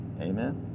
Amen